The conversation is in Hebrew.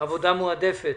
עבודה מועדפת.